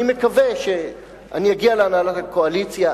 אני מקווה שאני אגיע להנהלת הקואליציה,